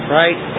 right